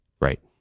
Right